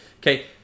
Okay